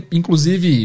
inclusive